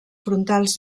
frontals